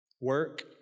Work